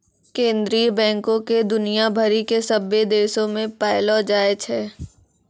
केन्द्रीय बैंको के दुनिया भरि के सभ्भे देशो मे पायलो जाय छै